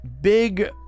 Big